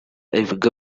ibigo